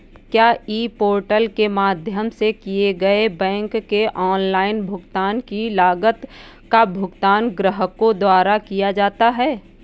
क्या e portal के माध्यम से किए गए बैंक के ऑनलाइन भुगतान की लागत का भुगतान ग्राहकों द्वारा किया जाता है?